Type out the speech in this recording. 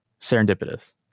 serendipitous